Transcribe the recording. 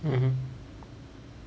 mmhmm